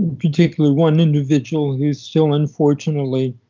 particularly one individual who's still unfortunately